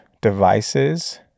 devices